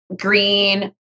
green